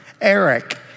eric